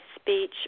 speech